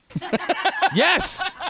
Yes